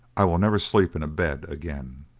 i will never sleep in a bed again.